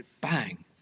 bang